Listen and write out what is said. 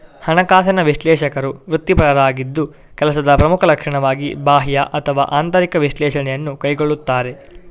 ಹಣಕಾಸಿನ ವಿಶ್ಲೇಷಕರು ವೃತ್ತಿಪರರಾಗಿದ್ದು ಕೆಲಸದ ಪ್ರಮುಖ ಲಕ್ಷಣವಾಗಿ ಬಾಹ್ಯ ಅಥವಾ ಆಂತರಿಕ ವಿಶ್ಲೇಷಣೆಯನ್ನು ಕೈಗೊಳ್ಳುತ್ತಾರೆ